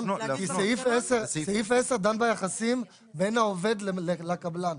כי סעיף 10 דן ביחסים בין העובד לקבלן.